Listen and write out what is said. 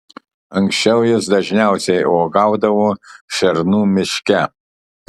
anksčiau jis dažniausiai uogaudavo šernų miške